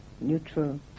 neutral